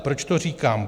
Proč to říkám?